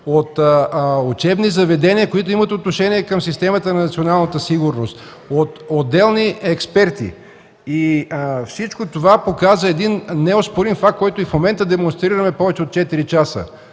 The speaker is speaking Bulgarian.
от учебни заведения, които имат отношение към системата на националната сигурност, от отделни експерти. Всичко това показа един неоспорим факт, който демонстрираме повече от четири